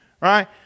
Right